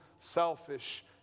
selfish